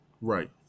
Right